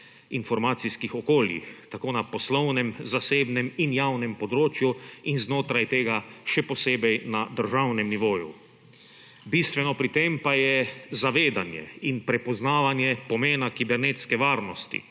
informacijskih okoljih tako na poslovnem, zasebnem in javnem področju in znotraj tega še posebej na državnem nivoju. Bistveno pri tem pa je zavedanje in prepoznavanje pomena kibernetske varnosti